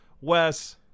Wes